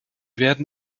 werden